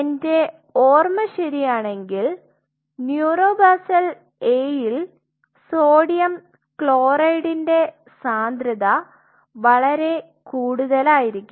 എന്റെ ഓർമ ശെരിയാണെങ്കിൽ ന്യൂറോ ബാസൽ A ൽ സോഡിയം ക്ലോറൈഡിന്റെ സാന്ദ്രത വളരെ കൂടുതലായിരിക്കും